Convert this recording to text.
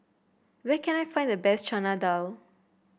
where can I find the best Chana Dal